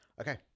Okay